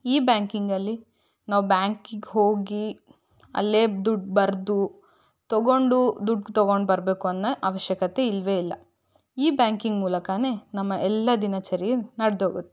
E ಬ್ಯಾಂಕಿಂಗಲ್ಲಿ ನಾವು ಬ್ಯಾಂಕಿಗೆ ಹೋಗಿ ಅಲ್ಲೇ ದುಡ್ಡು ಬರೆದು ತೊಗೊಂಡು ದುಡ್ಡು ತೊಗೊಂಡು ಬರ್ಬೇಕು ಅನ್ನೋ ಅವಶ್ಯಕತೆ ಇಲ್ಲವೇ ಇಲ್ಲ ಇ ಬ್ಯಾಂಕಿಂಗ್ ಮೂಲಕಾನೇ ನಮ್ಮ ಎಲ್ಲ ದಿನಚರಿ ನಡ್ದೊಗುತ್ತೆ